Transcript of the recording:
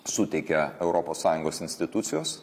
suteikia europos sąjungos institucijos